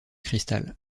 cristal